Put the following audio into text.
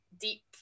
deep